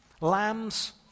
lambs